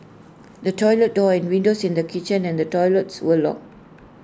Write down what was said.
the toilet door and windows in the kitchen and toilets were locked